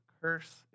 curse